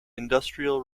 industrial